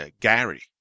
Gary